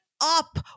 up